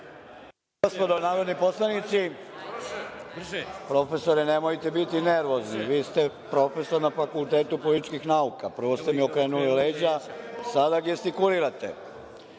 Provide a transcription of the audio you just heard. gospodo narodni poslanici, profesore, nemojte biti nervozni. Vi ste prof. na Fakultetu političkih nauka. Prvo ste mi okrenuli leđa, sada gestikulirate. Dame